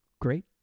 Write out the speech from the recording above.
Great